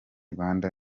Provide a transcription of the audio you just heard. rwanda